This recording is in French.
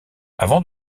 avant